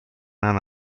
hanno